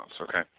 Okay